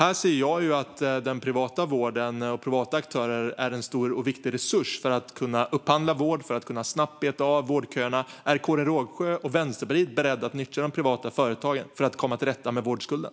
Här ser jag den privata vården och privata aktörer som en stor och viktig resurs för att kunna upphandla vård och snabbt beta av vårdköerna. Är Karin Rågsjö och Vänsterpartiet beredda att nyttja de privata företagen för att komma till rätta med vårdskulden?